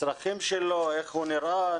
הצרכים שלו, איך הוא נראה.